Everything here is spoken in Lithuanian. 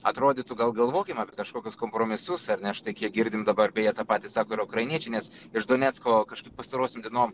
atrodytų gal galvokime apie kažkokius kompromisus ar ne štai kiek girdim dabar beje tą patį sako ir ukrainiečiai nes iš donecko kažkaip pastarosiom dienom